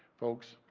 folks,